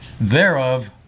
Thereof